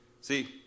See